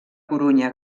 corunya